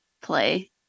play